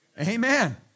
Amen